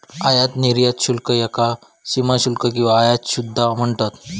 आयात किंवा निर्यात शुल्क याका सीमाशुल्क किंवा आयात सुद्धा म्हणतत